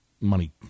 money